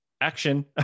action